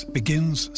begins